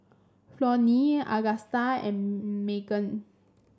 Flonnie Augusta and Maegan